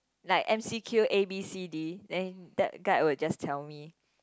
like M_C_Q A B C D then that guide will just tell me